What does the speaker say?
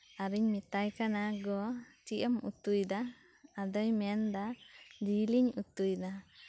ᱟᱨᱤᱧ ᱢᱮᱛᱟᱭ ᱠᱟᱱᱟ ᱜᱚ ᱪᱮᱫ ᱮᱢ ᱩᱛᱩᱭᱫᱟ ᱟᱫᱚᱭ ᱢᱮᱱ ᱮᱫᱟ ᱡᱮᱹᱞ ᱤᱧ ᱩᱛᱩᱭᱫᱟ